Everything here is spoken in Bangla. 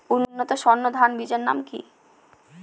উন্নত সর্ন ধান বীজের নাম কি?